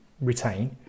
retain